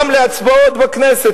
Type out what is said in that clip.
גם להצבעות בכנסת?